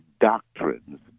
doctrines